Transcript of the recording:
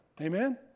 Amen